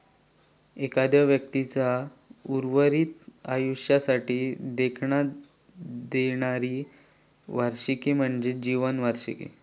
एखाद्यो व्यक्तीचा उर्वरित आयुष्यासाठी देयका देणारी वार्षिकी म्हणजे जीवन वार्षिकी